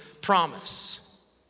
promise